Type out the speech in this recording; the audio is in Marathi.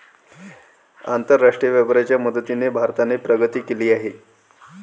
आंतरराष्ट्रीय व्यापाराच्या मदतीने भारताने प्रगती केली आहे